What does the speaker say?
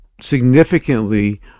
significantly